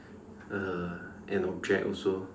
uh an object also